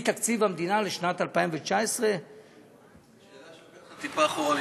מתקציב המדינה לשנת 2019. שאלה שלוקחת טיפה אחורנית,